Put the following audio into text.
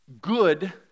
Good